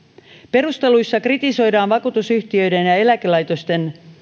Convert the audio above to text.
perusteluissa kritisoidaan vakuutusyhtiöiden ja ja eläkelaitosten